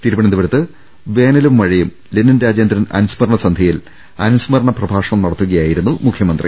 തിരുവനന്തപുരത്ത് വേനലും മഴയും ലെനിൻ രാജേ ന്ദ്രൻ അനുസ്മരണ സന്ധ്യയിൽ അനുസ്മരണ പ്രഭാഷണം നടത്തുകയാ യിരുന്നു മുഖ്യമന്ത്രി